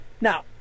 Now